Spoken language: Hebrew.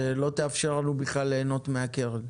שלא תאפשר לנו בכלל ליהנות מהקרן.